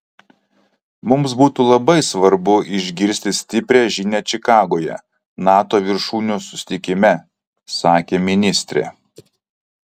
mums būtų labai svarbu išgirsti stiprią žinią čikagoje nato viršūnių susitikime sakė ministrė